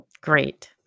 Great